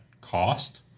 cost